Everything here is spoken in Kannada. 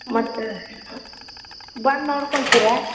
ಮತ್ತು ಬಂದು ನೋಡ್ಕೊಳ್ತೀರಾ